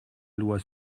loi